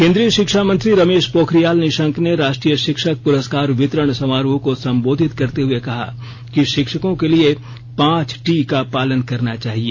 केंद्रीय शिक्षा मंत्री रमेश पोखरियाल निशंक ने राष्ट्रीय शिक्षक पुरस्कार वितरण समारोह को संबोधित करते कहा कि शिक्षकों के लिए पांच टी का पालन करना चाहिए